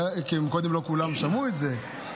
כי קודם לא כולם שמעו את זה,